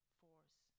force